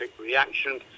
reaction